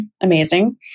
amazing